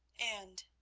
and,